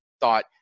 thought